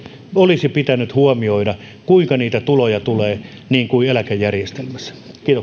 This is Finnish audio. olisi pitänyt huomioida kuinka niitä tuloja tulee niin kuin eläkejärjestelmässä